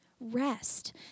rest